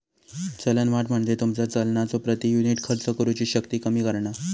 चलनवाढ म्हणजे तुमचा चलनाचो प्रति युनिट खर्च करुची शक्ती कमी करणा